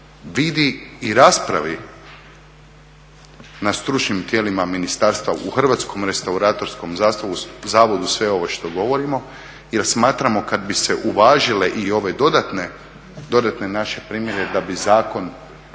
vidi i raspravi na stručnim tijelima ministarstva u Hrvatskom restauratorskom zavodu sve ovo što govorimo. Jer smatramo kad bi se uvažile i ove dodatne naše primjedbe da bi zakon